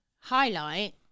highlight